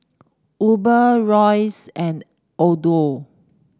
Uber Royce and Odlo